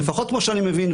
לפחות כמו שאני מבין,